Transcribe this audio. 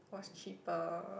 was cheaper